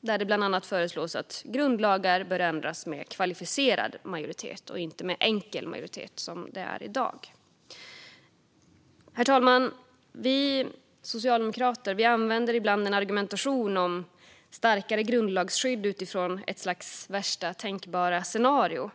där det bland annat föreslås att grundlagar bör ändras med kvalificerad och inte enkel majoritet, som är fallet i dag. Herr talman! Vi socialdemokrater använder ibland en argumentation om starkare grundlagsskydd utifrån ett slags värsta tänkbara scenario.